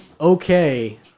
okay